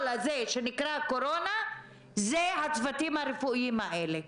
הזה שנקרא "קורונה" זה הצוותים הרפואיים האלה.